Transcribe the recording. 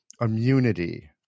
immunity